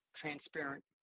transparent